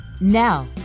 Now